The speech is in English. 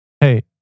hey